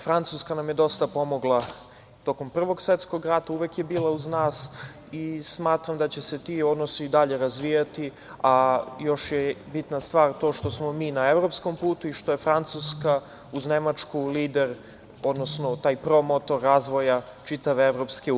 Francuska nam je dosta pomogla tokom Prvog svetskog rata, uvek je bila uz nas i smatram da će se ti odnosi i dalje razvijati, a još je bitna stvar to što smo mi na evropskom putu i što je Francuska uz Nemačku lider, odnosno taj promotor razvoja čitave EU.